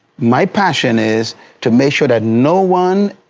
my passion is to make sure that no one